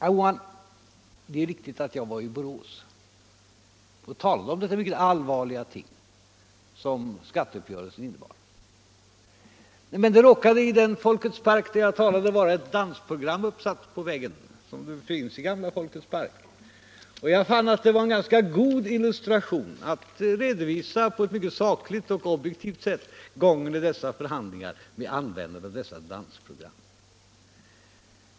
Det är riktigt, herr Bohman, att jag var i Borås och talade om sådana mycket allvarliga ting som skatteuppgörelsen. Men det råkade i den Folkets park där jag talade vara ett dansprogram uppsatt på väggen som det ofta är i folkparker. Jag fann att det var ett ganska bra sätt att med användande av detta dansprogram som illustration sakligt och objektivt redovisa gången av förhandlingarna.